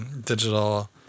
digital